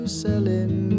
selling